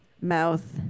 mouth